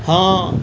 हँ